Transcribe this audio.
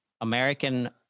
American